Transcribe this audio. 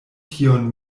tion